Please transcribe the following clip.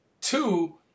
two